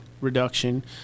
reduction